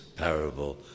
parable